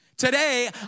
Today